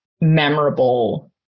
memorable